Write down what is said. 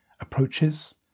approaches